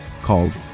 called